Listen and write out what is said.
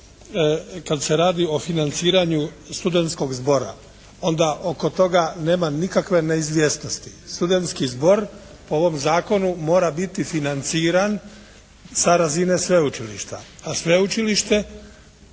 kad se radi o financiranju studentskog zbora onda oko toga nema nikakve neizvjesnosti. Studentski zbor po ovom zakonu mora biti financiran sa razine sveučilišta a sveučilište